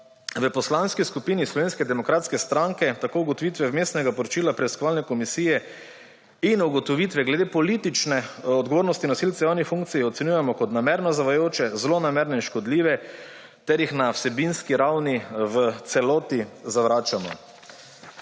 V Poslanski skupini Slovenske demokratske stranke tako ugotovitve Vmesnega poročila preiskovalne komisije in ugotovitve glede politične odgovornosti nosilcev javnih funkcij ocenjujemo kot namerno zavajajoče, zlonamerne in škodljive ter jih na vsebinski ravni v celoti zavračamo.